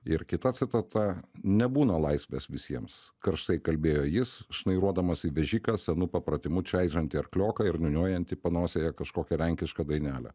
ir kita citata nebūna laisvės visiems karštai kalbėjo jis šnairuodamas į vežiką senu papratimu čaižantį arklioką ir niūniuojant panosėje kažkokią lenkišką dainelę